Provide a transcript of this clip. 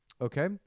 Okay